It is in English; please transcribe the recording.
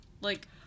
Like-